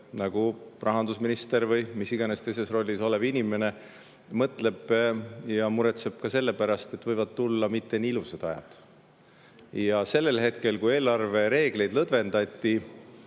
nagu rahandusminister või mis iganes teises rollis olev inimene üldiselt mõtleb ja muretseb ka selle pärast, et võivad tulla mitte nii ilusad ajad. Sellel hetkel, kui eelarvereegleid lõdvendati,